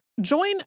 Join